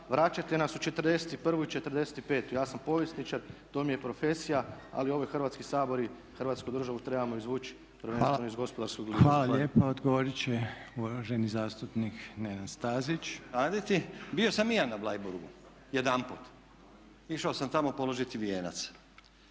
vraćate nas u '41.i '45. Ja sam povjesničar, to mi je profesija, ali ovo je Hrvatski sabor i Hrvatsku državu trebamo izvući prvenstveno iz gospodarskog gliba. Zahvaljujem. **Reiner, Željko (HDZ)** Hvala lijepa. Odgovorit će uvaženi zastupnik Nenad Stazić. **Stazić, Nenad (SDP)** Bio sam i ja na Bleiburgu, jedanput. Išao sam tamo položiti vijenac.